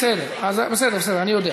בסדר, בסדר, אני יודע.